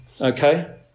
okay